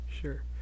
sure